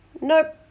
Nope